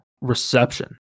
reception